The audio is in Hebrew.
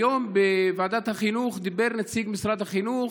היום בוועדת החינוך אמר נציג משרד החינוך